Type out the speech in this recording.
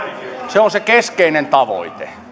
se on se keskeinen tavoite